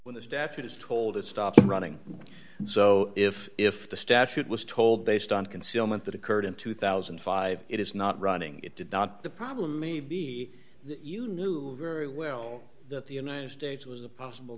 when this deficit is told to stop running so if if the statute was told based on concealment that occurred in two thousand and five it is not running it did not the problem may be that you knew very well that the united states was a possible